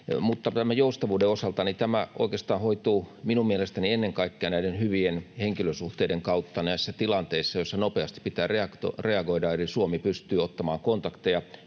Tämän joustavuuden osalta: Tämä oikeastaan hoituu mielestäni ennen kaikkea hyvien henkilösuhteiden kautta näissä tilanteissa, joissa nopeasti pitää reagoida. Eli Suomi pystyy ottamaan kontakteja